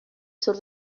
sur